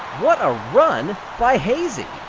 what a run by hazy.